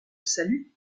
salut